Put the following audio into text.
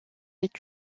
est